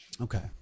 Okay